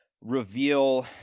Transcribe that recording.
reveal